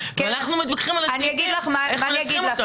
ואנחנו מתווכחים על הסעיפים איך מנסחים.